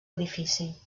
edifici